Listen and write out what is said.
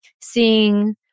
seeing